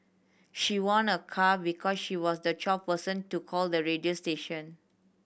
she won a car because she was the twelfth person to call the radio station